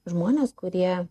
žmones kurie